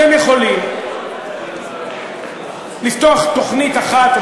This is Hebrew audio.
אתם יכולים לפתוח בתוכנית אחת,